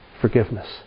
Forgiveness